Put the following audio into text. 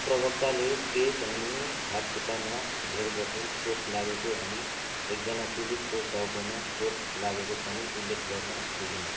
प्रवक्ताले पेट अनि हात खुट्टामा धेरजसो चोट लागेको अनि एकजना पीडितको टाउकोमा चोट लागेको पनि उल्लेख गर्न पुगिन्